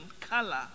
color